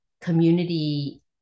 community